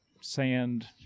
sand